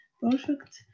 perfect